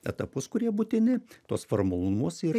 etapus kurie būtini tuos formalumus ir